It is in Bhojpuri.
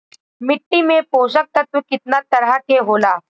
मिट्टी में पोषक तत्व कितना तरह के होला?